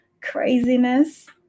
craziness